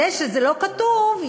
זה שזה לא כתוב,